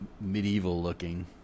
medieval-looking